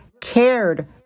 cared